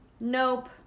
Nope